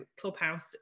Clubhouse